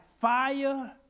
fire